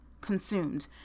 Consumed